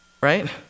right